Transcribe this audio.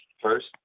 first